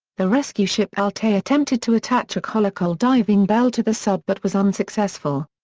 the rescue ship altay attempted to attach a kolokol diving bell to the sub but was unsuccessful.